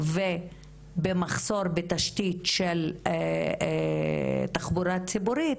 ובמחסור של תשתיות של תחבורה ציבורית,